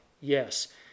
yes